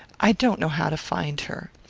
i don't know how to find her.